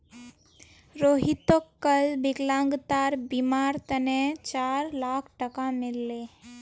रोहितक कल विकलांगतार बीमार तने चार लाख टका मिल ले